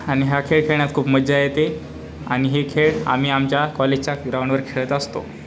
आणि हा खेळ खेळण्यात खूप मज्जा येते आणि हे खेळ आम्ही आमच्या कॉलेजच्या ग्राउंडवर खेळत असतो